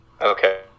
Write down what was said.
Okay